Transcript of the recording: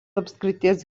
apskrities